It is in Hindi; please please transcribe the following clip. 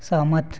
सहमत